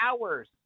Hours